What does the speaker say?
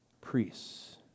priests